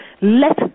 let